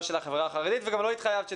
לא של החברה החרדית וגם לא התחייבת שתהיה.